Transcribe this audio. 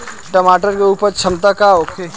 मटर के उपज क्षमता का होखे?